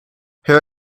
her